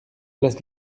place